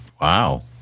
Wow